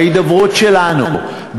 בהידברות שלנו,